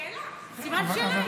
שאלה, היה סימן שאלה.